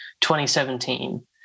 2017